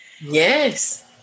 Yes